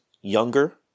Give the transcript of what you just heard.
younger